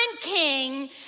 king